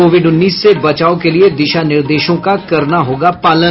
Covid उन्नीस से बचाव के लिए दिशा निर्देशों का करना होगा पालन